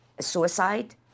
suicide